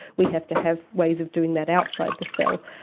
we have to have ways of doing that outside the cell,